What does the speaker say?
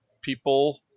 people